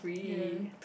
ya